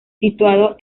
situado